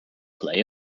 play